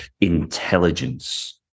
intelligence